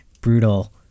brutal